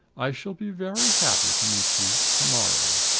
i shall be very happy to meet you to-morrow.